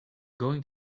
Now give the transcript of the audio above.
going